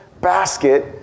basket